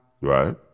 right